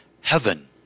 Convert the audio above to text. heaven